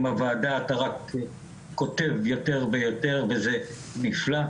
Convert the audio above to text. הוועדה אתה רק כותב יותר ויותר וזה נפלא.